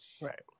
Right